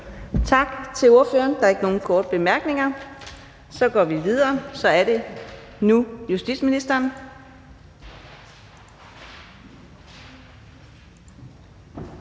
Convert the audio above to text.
Tak til ordføreren. Der er ikke nogen korte bemærkninger. Vi går videre, og nu er det så justitsministeren.